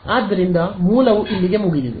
ಆದ್ದರಿಂದ ಮೂಲವು ಇಲ್ಲಿಗೆ ಮುಗಿದಿದೆ